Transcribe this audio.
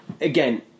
Again